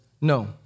no